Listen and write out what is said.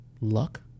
luck